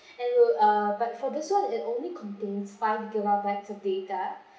and it will uh but for this one it only contains five gigabytes of data